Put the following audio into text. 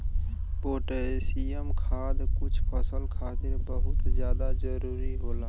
potassium खाद कुछ फसल खातिर बहुत जादा जरूरी होला